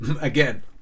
again